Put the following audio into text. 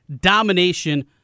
domination